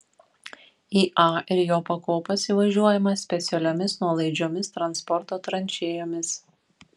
į a ir jo pakopas įvažiuojama specialiomis nuolaidžiomis transporto tranšėjomis